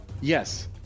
Yes